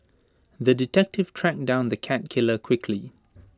the detective tracked down the cat killer quickly